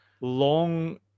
Long